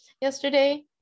Yesterday